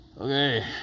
Okay